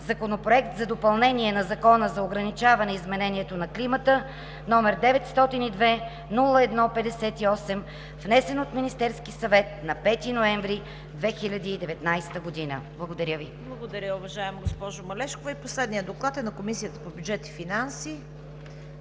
Законопроект за допълнение на Закона за ограничаване изменението на климата, № 902-01-58, внесен от Министерския съвет на 5 ноември 2019 г.“ Благодаря Ви. ПРЕДСЕДАТЕЛ ЦВЕТА КАРАЯНЧЕВА: Благодаря, уважаема госпожо Малешкова. И последният доклад е на Комисията по бюджет и финанси.